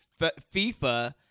FIFA